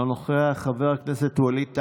לא נוכח, חבר הכנסת וליד טאהא,